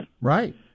Right